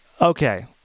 okay